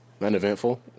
Uneventful